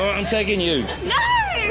i'm taking you. no. yeah.